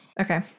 Okay